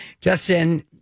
Justin